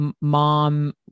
mom